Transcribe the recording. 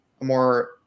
more